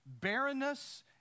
Barrenness